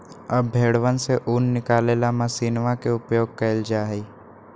अब भेंड़वन से ऊन निकाले ला मशीनवा के उपयोग कइल जाहई